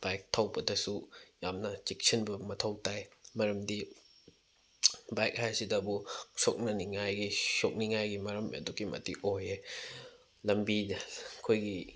bike ꯊꯧꯕꯗꯁꯨ ꯌꯥꯝꯅ ꯆꯦꯛꯁꯤꯟꯕ ꯃꯊꯧ ꯇꯥꯏ ꯃꯔꯝꯗꯤ ꯕꯥꯏꯛ ꯍꯥꯏꯁꯤꯗꯕꯨ ꯁꯣꯛꯅꯅꯤꯡꯉꯥꯏꯒꯤ ꯁꯣꯛꯅꯤꯡꯉꯥꯏꯒꯤ ꯃꯔꯝ ꯑꯗꯨꯛꯀꯤ ꯃꯇꯤꯛ ꯑꯣꯏꯌꯦ ꯂꯝꯕꯤꯗ ꯑꯩꯈꯣꯏꯒꯤ